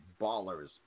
ballers